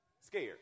Scared